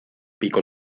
pico